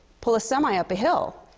pull a semi up a hill.